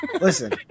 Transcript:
Listen